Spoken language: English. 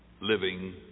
living